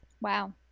Wow